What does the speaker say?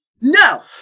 No